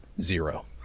zero